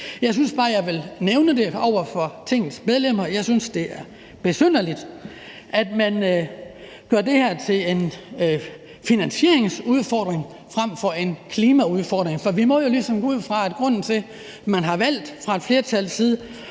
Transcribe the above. Jeg synes bare, jeg vil nævne det over for Tingets medlemmer. Jeg synes, det er besynderligt, at man gør det her til en finansieringsudfordring frem for en klimaudfordring. For vi må jo ligesom gå ud fra, at grunden til, at man fra flertallets side